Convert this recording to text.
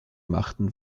machten